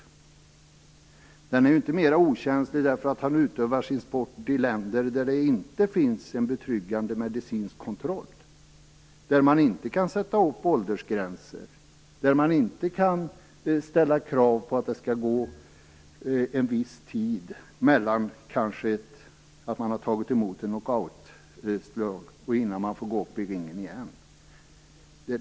Hjärnan blir inte heller mera okänslig för att man utövar sin sport i länder där det inte finns en betryggande medicinsk kontroll, där man inte kan sätta upp åldersgränser, där man inte kan ställa krav på att det skall gå viss tid från det att man har tagit emot ett knockoutslag och till dess att man får gå upp i ringen igen.